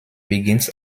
begins